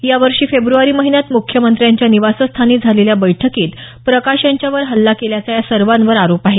यावर्षी फेब्रवारी महिन्यात मुख्यमंत्र्यांच्या निवासस्थानी झालेल्या बैठकीत प्रकाश यांच्यावर हल्ला केल्याचा या सर्वांवर आरोप आहे